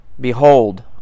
Behold